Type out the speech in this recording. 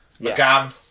McGann